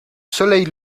soleil